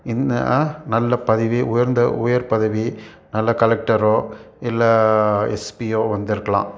இந்த நல்ல பதவி உயர்ந்த உயர் பதவி நல்ல கலெக்டரோ இல்லை எஸ்பியோ வந்திருக்குலாம்